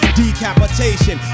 decapitation